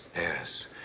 yes